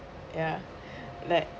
ya like